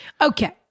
Okay